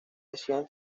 decían